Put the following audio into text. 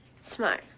Smart